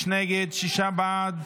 26 נגד, שישה בעד,